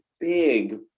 big